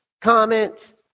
comment